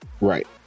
Right